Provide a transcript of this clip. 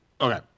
Okay